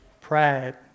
pride